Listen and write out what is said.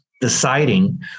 deciding